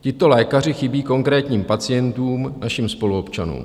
Tito lékaři chybí konkrétním pacientům, našim spoluobčanům.